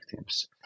teams